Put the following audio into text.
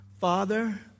Father